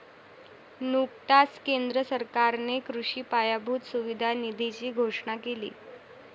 नुकताच केंद्र सरकारने कृषी पायाभूत सुविधा निधीची घोषणा केली